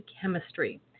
chemistry